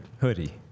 hoodie